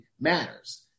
matters